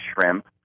shrimp